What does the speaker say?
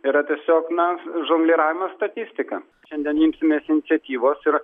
yra tiesiog na žongliravimas statistika šiandien imsimės iniciatyvos ir